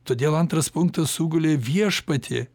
todėl antras punktas sugulė viešpatie